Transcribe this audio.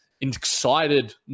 excited